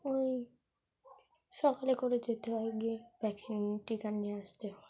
ওই সকালে করে যেতে হয় গিয়ে ভ্যাকসিন টিকা নিয়ে আসতে হয়